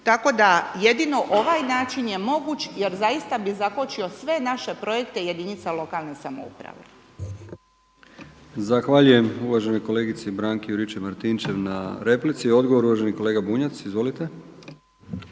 Tako da jedino ovaj način je moguće jer zaista bi zakočio sve naše projekte jedinica lokalne samouprave. **Brkić, Milijan (HDZ)** Zahvaljujem uvaženoj kolegici Juričev-Martinčev na replici. Odgovor uvaženi kolega Bunjac. Izvolite.